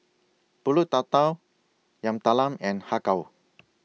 Pulut Tatal Yam Talam and Har Kow